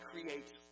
creates